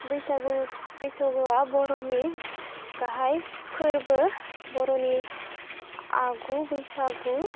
बैसागु बैसागुआ बर'नि गाहाय फोरबो बर'नि आगु बैसागु